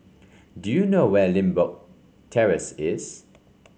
do you know where Limbok Terrace is